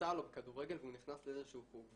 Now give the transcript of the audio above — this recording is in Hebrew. בכדורסל או כדורגל והוא נכנס לאיזשהו חוג.